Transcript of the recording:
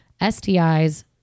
STIs